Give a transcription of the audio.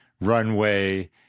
runway